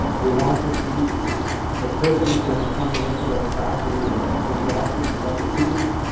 they want to see the person that's going to be coming into their classrooms and interacting with other students,